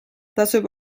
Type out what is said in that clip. tasub